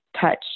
touch